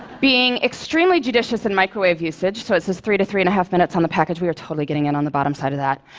being extremely judicious in microwave usage so it says three to three-and-a-half minutes on the package, we're totally getting in on the bottom side of that.